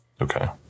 Okay